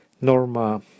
Norma